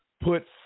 put